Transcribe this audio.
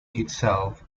itself